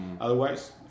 Otherwise